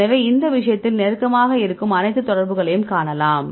எனவே இந்த விஷயத்தில் நெருக்கமாக இருக்கும் அனைத்து தொடர்புகளையும் காணலாம்